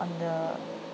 on the